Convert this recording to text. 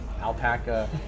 alpaca